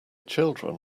children